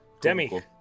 Demi